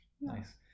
nice